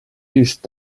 these